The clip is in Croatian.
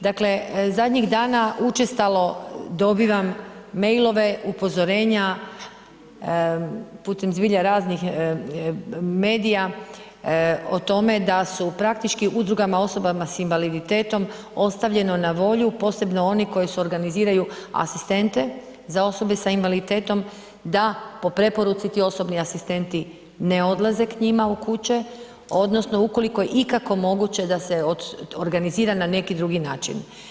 Dakle, zadnjih dana učestalo dobivam mailove upozorenja putem zbilja raznih medija o tome da su praktički udrugama osobama s invaliditetom ostavljeno na volju, posebno oni koji si organiziraju asistente za osobe s invaliditetom da po preporuci ti osobni asistenti ne odlaze k njima u kuće odnosno ukoliko je ikako moguće da se organizira na neki drugi način.